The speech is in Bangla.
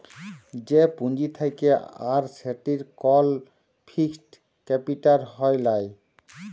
যে পুঁজি থাক্যে আর সেটির কল ফিক্সড ক্যাপিটা হ্যয় লায়